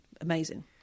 Amazing